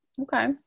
Okay